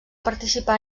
participar